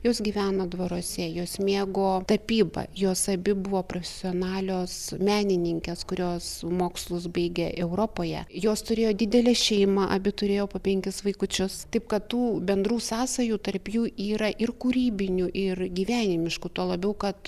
jos gyveno dvaruose jos mėgo tapybą jos abi buvo profesionalios menininkės kurios mokslus baigė europoje jos turėjo didelę šeimą abi turėjo po penkis vaikučius taip kad tų bendrų sąsajų tarp jų yra ir kūrybinių ir gyvenimiškų tuo labiau kad